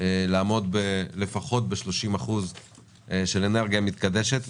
לעמוד לפחות ב-30% של אנרגיה מתחדשת.